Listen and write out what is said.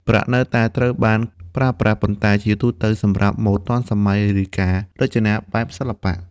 ប្រាក់នៅតែត្រូវបានប្រើប្រាស់ ប៉ុន្តែជាទូទៅសម្រាប់ម៉ូដទាន់សម័យ ឬការរចនាបែបសិល្បៈ។